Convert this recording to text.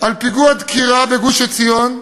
על פיגוע דקירה בגוש-עציון,